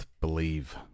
believe